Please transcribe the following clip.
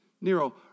Nero